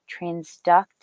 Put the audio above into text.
transduct